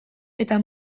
eta